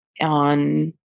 on